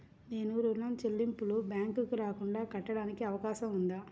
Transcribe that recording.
నేను ఋణం చెల్లింపులు బ్యాంకుకి రాకుండా కట్టడానికి అవకాశం ఉందా?